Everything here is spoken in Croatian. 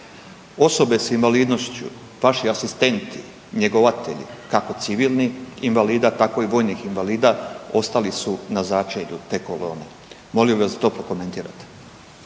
osobe s invalidnošću, vaši asistenti, njegovatelji kako civilnih invalida tako i vojnih invalida ostali su na začelju te kolone. Molio bih vas da to prokomentirate.